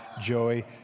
Joey